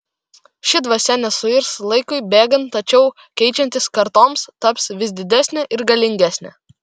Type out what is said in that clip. ši dvasia nesuirs laikui bėgant tačiau keičiantis kartoms taps vis didesne ir galingesne